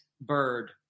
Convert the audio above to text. bird